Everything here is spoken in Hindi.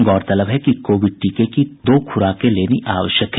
गौरतलब है कि कोविड टीके की दो खुराके लेनी आवश्यक है